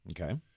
okay